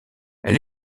elle